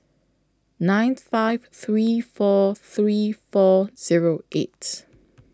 nine five three four three four Zero eight